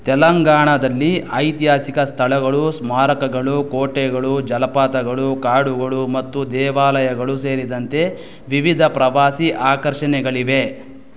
ತೆಲಂಗಾಣದಲ್ಲಿ ಐತಿಹಾಸಿಕ ಸ್ಥಳಗಳು ಸ್ಮಾರಕಗಳು ಕೋಟೆಗಳು ಜಲಪಾತಗಳು ಕಾಡುಗಳು ಮತ್ತು ದೇವಾಲಯಗಳು ಸೇರಿದಂತೆ ವಿವಿಧ ಪ್ರವಾಸಿ ಆಕರ್ಷಣೆಗಳಿವೆ